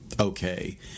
okay